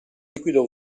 liquido